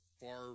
far